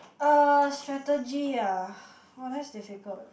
uh strategy ah !wah! that's difficult